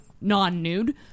non-nude